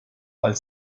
als